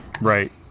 Right